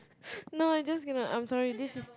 no I just going to no I'm sorry this is